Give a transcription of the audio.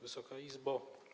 Wysoka Izbo!